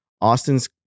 austin's